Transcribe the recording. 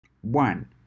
One